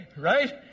right